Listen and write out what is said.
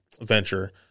venture